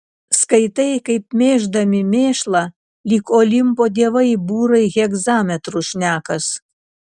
skaitai kaip mėždami mėšlą lyg olimpo dievai būrai hegzametru šnekas